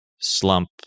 slump